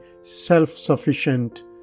self-sufficient